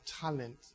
talent